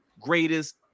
greatest